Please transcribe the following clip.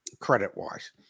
credit-wise